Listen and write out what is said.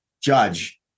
judge